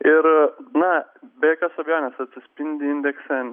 ir na be jokios abejonės atsispindi indekse